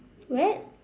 what